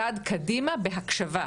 צעד קדימה בהקשבה,